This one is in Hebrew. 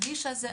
הכביש הזה,